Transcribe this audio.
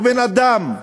הוא בן-אדם,